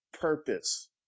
purpose